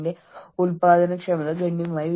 എങ്ങനെ നിങ്ങളെത്തന്നെ വസ്തുനിഷ്ഠമായി നിലനിർത്തും